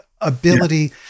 ability